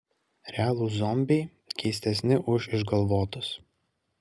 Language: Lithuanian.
realūs zombiai keistesni už išgalvotus